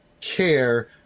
care